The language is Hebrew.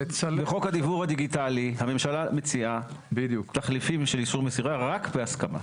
בחוק הדיוור הדיגיטלי הממשלה מציעה תחליפים של אישור מסירה רק בהסכמה.